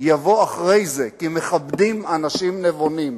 יבוא אחרי זה, כי מכבדים אנשים נבונים.